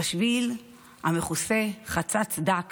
"בשביל המכוסה חצץ דק